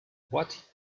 what